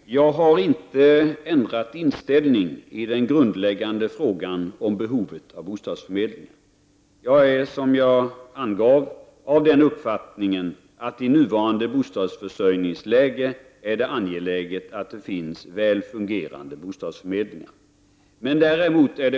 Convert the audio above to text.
Fru talman! Jag har inte ändrat inställning i den grundläggande frågan om behovet av bostadsförmedlingar. Som jag sagt är jag av den uppfattningen att det i nuvarande bostadsförsörjningsläge är angeläget att det finns väl fungerande bostadsförmedlingar. Däremot kan